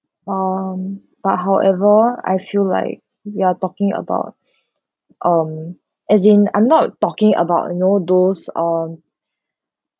um but however I feel like you are talking about um as in I'm not talking about you know those on